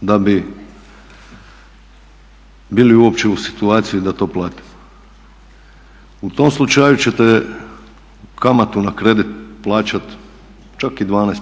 da bi bili uopće u situaciji da to platimo. U tom slučaju ćete kamatu na kredit plaćat čak i 12%